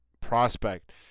prospect